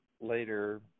later